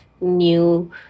new